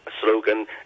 slogan